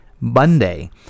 Monday